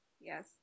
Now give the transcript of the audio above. Yes